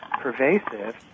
pervasive